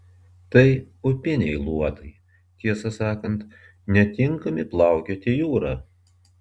tai upiniai luotai tiesą sakant netinkami plaukioti jūra